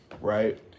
Right